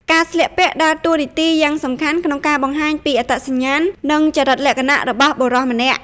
ការស្លៀកពាក់ដើរតួនាទីយ៉ាងសំខាន់ក្នុងការបង្ហាញពីអត្តសញ្ញាណ និងចរិតលក្ខណៈរបស់បុរសម្នាក់។